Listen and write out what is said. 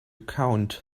count